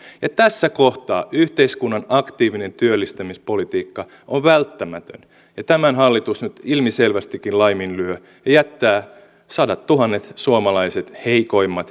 ja tässä kohtaa yhteiskunnan aktiivinen työllistämispolitiikka on välttämätön ja tämän hallitus nyt ilmiselvästikin laiminlyö ja jättää sadattuhannet suomalaiset heikoimmat heitteille